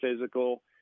physical